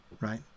right